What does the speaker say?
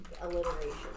alliteration